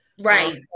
Right